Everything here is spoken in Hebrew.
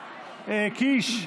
קיש,